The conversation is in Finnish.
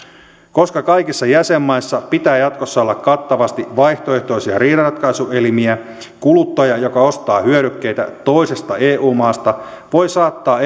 koska kaikissa jäsenmaissa pitää jatkossa olla kattavasti vaihtoehtoisia riidanratkaisuelimiä kuluttaja joka ostaa hyödykkeitä toisesta eu maasta voi saattaa